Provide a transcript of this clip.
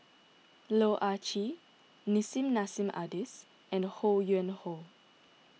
Loh Ah Chee Nissim Nassim Adis and Ho Yuen Hoe